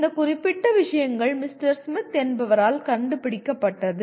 இந்த குறிப்பிட்ட விஷயங்கள் மிஸ்டர் ஸ்மித் என்றவரால் கண்டுபிடிக்கப்பட்டது